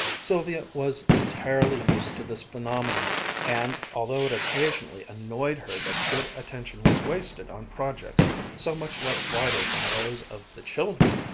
sylvia was entirely used to this phenomenon and, although it occasionally annoyed her that good attention was wasted on projects so much less vital than those of the children,